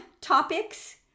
topics